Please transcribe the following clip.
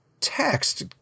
text